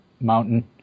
mountain